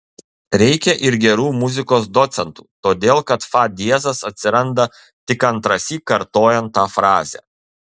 reikia ir gerų muzikos docentų todėl kad fa diezas atsiranda tik antrąsyk kartojant tą frazę